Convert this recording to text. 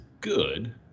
good